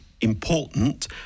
important